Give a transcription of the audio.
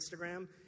instagram